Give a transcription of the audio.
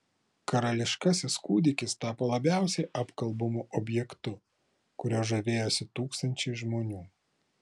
karališkasis kūdikis tapo labiausiai apkalbamu objektu kuriuo žavėjosi tūkstančiai žmonių